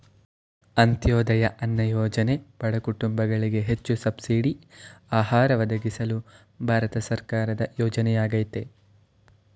ಅಂತ್ಯೋದಯ ಅನ್ನ ಯೋಜನೆ ಬಡ ಕುಟುಂಬಗಳಿಗೆ ಹೆಚ್ಚು ಸಬ್ಸಿಡಿ ಆಹಾರ ಒದಗಿಸಲು ಭಾರತ ಸರ್ಕಾರದ ಯೋಜನೆಯಾಗಯ್ತೆ